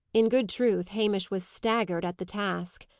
in good truth, hamish was staggered at the task.